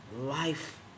life